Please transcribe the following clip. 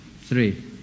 three